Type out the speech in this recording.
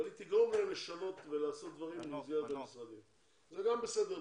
אבל היא תגרום להם לשנות ולעשות דברים במסגרת המשרדים ומבחינתי זה בסדר.